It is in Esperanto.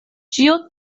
ĉio